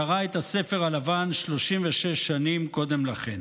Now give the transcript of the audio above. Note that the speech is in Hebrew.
קרע את הספר הלבן 36 שנים קודם לכן.